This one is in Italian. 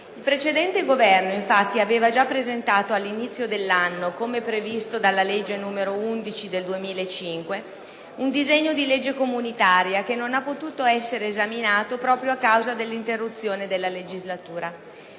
Il precedente Governo, infatti, aveva già presentato all'inizio dell'anno, come previsto dalla legge n. 11 del 2005, un disegno di legge comunitaria, che non ha potuto essere esaminato proprio a causa dell'interruzione della legislatura.